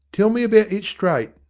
tell me about it straight